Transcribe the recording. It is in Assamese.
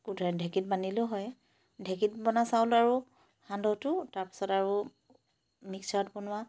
ঢেকীত বানিলেও হয় ঢেকীত বনা চাউল আৰু সান্দহটো তাৰপিছত আৰু মিক্সাৰত বনোৱা